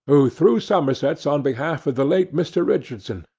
who threw summersets on behalf of the late mr. richardson,